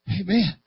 Amen